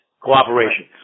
cooperation